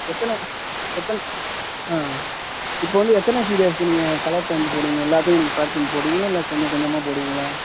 எத்தனை எத்தனை ஆ ஆ இப்போ வந்து எத்தனை பிடிஎஃப் நீங்கள் கலர் ப்ரிண்ட் போடுவீங்க எல்லாத்துக்கும் நீங்கள் கலர் ப்ரிண்ட் போடுவீங்களா இல்லை கொஞ்சம் கொஞ்சமாக போடுவீங்களா